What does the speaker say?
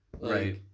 Right